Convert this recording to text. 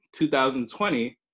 2020